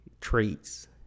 traits